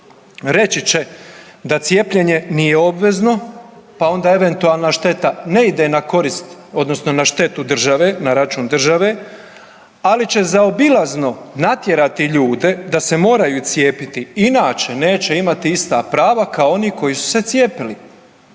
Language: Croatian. Reći će da cijepljenje nije obvezno, pa onda eventualna šteta ne ide na korist odnosno na štetu države, na račun države, ali će zaobilazno natjerati ljude da se moraju cijepiti inače neće imati ista prava kao oni koji su se cijepili.